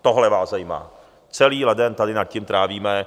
Tohle vás zajímá, celý leden nad tím trávíme.